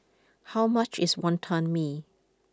how much is Wonton Mee